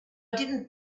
didn’t